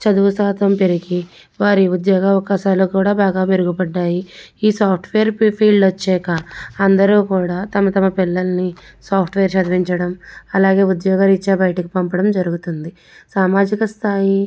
చదువు శాతం పెరిగి వారి ఉద్యోగ అవకాశాలు కూడా బాగా మెరుగుపడినాయి ఈ సాఫ్ట్వేర్ ఫీల్డ్ వచ్చాక అందరు కూడా తమ తమ పిల్లల్ని సాఫ్ట్వేర్ చదివించడం అలాగే ఉద్యోగాలు ఇచ్చే బయటకు పంపడం జరుగుతుంది సామాజిక స్థాయి